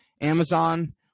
Amazon